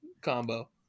combo